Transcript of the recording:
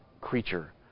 creature